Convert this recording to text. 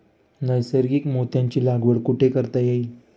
नैसर्गिक मोत्यांची लागवड कुठे करता येईल?